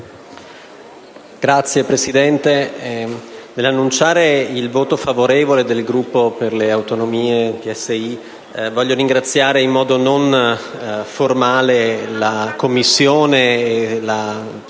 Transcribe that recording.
Signor Presidente, nel dichiarare il voto favorevole del Gruppo Per le Autonomie ‑ PSI, voglio ringraziare in modo non formale la Commissione e la sua